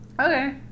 Okay